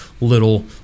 little